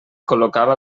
col·locava